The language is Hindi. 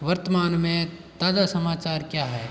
वर्तमान में ताज़ा समाचार क्या है